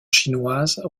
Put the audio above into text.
chinoise